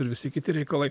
ir visi kiti reikalai